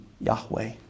Yahweh